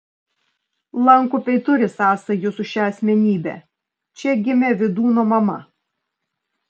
lankupiai turi sąsajų su šia asmenybe čia gimė vydūno mama